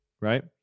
right